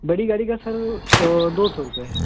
बड़ी गाड़ी का सर दो सौ रुपये है